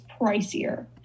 pricier